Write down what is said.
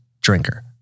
drinker